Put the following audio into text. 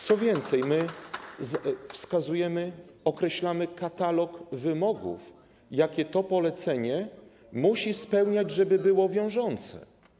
Co więcej, wskazujemy, określamy katalog wymogów, jakie to polecenie musi spełniać, żeby było wiążące.